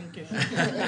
אין קשר.